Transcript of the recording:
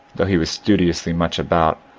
though he was studiously much about,